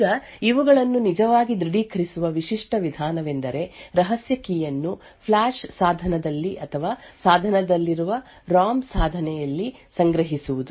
ಈಗ ಇವುಗಳನ್ನು ನಿಜವಾಗಿ ದೃಢೀಕರಿಸುವ ವಿಶಿಷ್ಟ ವಿಧಾನವೆಂದರೆ ರಹಸ್ಯ ಕೀ ಯನ್ನು ಫ್ಲ್ಯಾಶ್ ಸಾಧನದಲ್ಲಿ ಅಥವಾ ಸಾಧನದಲ್ಲಿರುವ ರೊಂಮ್ ಸಾಧನೆಯಲ್ಲಿ ಸಂಗ್ರಹಿಸುವುದು